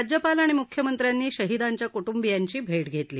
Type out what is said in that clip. राज्यपाल आणि मुख्यमंत्र्यांनी शहीदांच्या कृट्ंबियांची भेट घेतली